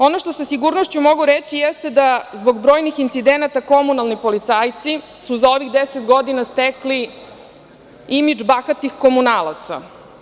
Ono što sa sigurnošću mogu reći jeste da zbog brojnih incidenata komunalni policajci su za ovih 10 godina tekli imidž bahatih komunalaca.